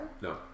No